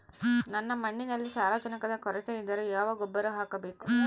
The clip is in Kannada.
ನನ್ನ ಮಣ್ಣಿನಲ್ಲಿ ಸಾರಜನಕದ ಕೊರತೆ ಇದ್ದರೆ ಯಾವ ಗೊಬ್ಬರ ಹಾಕಬೇಕು?